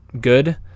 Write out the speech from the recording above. good